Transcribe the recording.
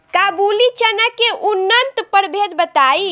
काबुली चना के उन्नत प्रभेद बताई?